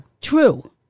True